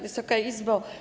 Wysoka Izbo!